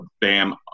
Bam